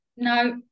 no